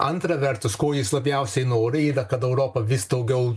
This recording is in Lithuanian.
antra vertus ko jis labiausiai nori yra kad europa vis daugiau